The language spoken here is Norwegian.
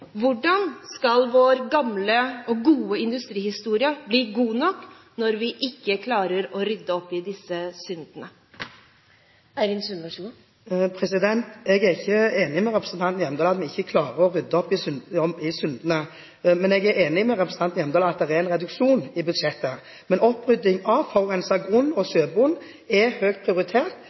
Hvordan skal vår gamle og gode industrihistorie bli god nok når vi ikke klarer å rydde opp i disse syndene? Jeg er ikke enig med representanten Hjemdal i at vi ikke klarer å rydde opp i syndene. Men jeg er enig med representanten Hjemdal i at det er en reduksjon i budsjettet. Opprydding av forurenset grunn og sjøbunn er høyt prioritert,